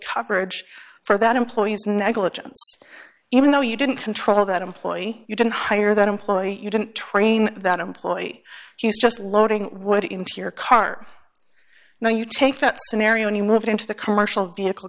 coverage for that employees negligence even though you didn't control that employee you didn't hire that employee you didn't train that employee he's just loading wood into your car now you take that scenario and he moved into the commercial vehicle